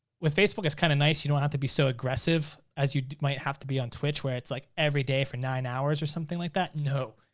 with facebook it's kinda nice. you don't have to be so aggressive as you might have to be on twitch, where it's like every day for nine hours or something like that. no,